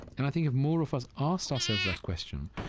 and i think if more of us asked ourselves that question,